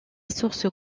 source